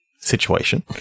situation